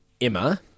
Emma